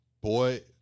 boy